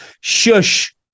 shush